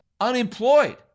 unemployed